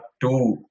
two